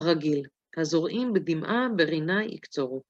רגיל. הזורעים בדמעה ברינה יקצורו.